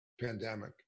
pandemic